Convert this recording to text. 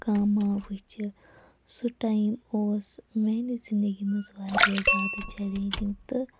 کانٛہہ ما وٕچھِ سُہ ٹایم اوس میانہِ زِندگی منٛز واریاہ زیادٕ چیلینجِنٛگ تہٕ